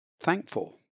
thankful